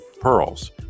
pearls